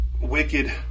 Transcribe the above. wicked